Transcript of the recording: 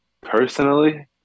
Personally